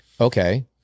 Okay